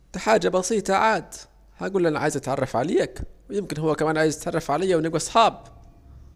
دي حاجة بسيطة عاد، هجوله انا عايز اتعرف عليك ويمكن هو كمان عايز يتعرف عليا ونبجوا صحاب